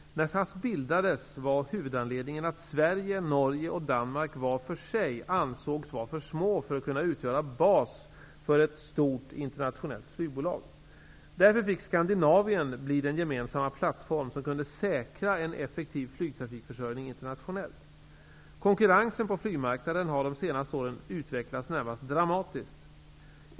När SAS bildades var huvudanledningen att Sverige, Norge och Danmark var för sig ansågs vara för små för att kunna utgöra bas för ett stort internationellt flygbolag. Därför fick Skandinavien bli den gemensamma plattform som kunde säkra en effektiv flygtrafikförsörjning internationellt. Konkurrensen på flygmarknaden har de senaste åren utvecklats närmast dramatiskt.